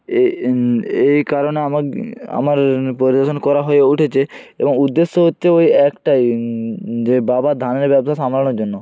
এ এ এই কারণে আমার আমার পরিবেশন করা হয়ে উঠেছে এবং উদ্দেশ্য হচ্ছে ওই একটাই যে বাবার ধানের ব্যবসা সামলানোর জন্য